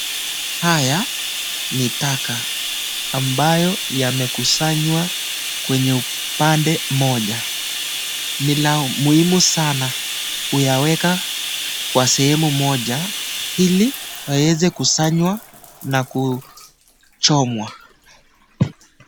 Haya ni taka ambayo yamekusanywa kwenye upande moja. Ni la muhimu sana kuyaweka kwa sehemu moja ili waweze kusanywa na kuchomwa.